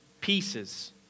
pieces